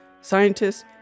scientists